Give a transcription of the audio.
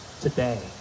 today